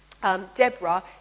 Deborah